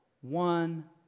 one